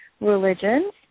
religions